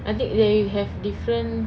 I think they have different